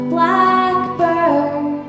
Blackbird